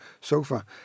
sofa